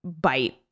bite